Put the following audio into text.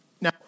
Now